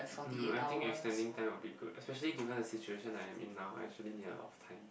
um I think extending time will be good especially given the situation I am in now I actually need a lot of time